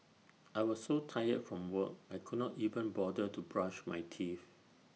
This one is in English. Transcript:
I was so tired from work I could not even bother to brush my teeth